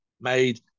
made